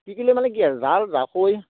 কি কি লৈ মানে কি আৰু জাল জাকৈ